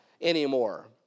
anymore